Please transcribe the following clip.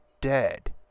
dead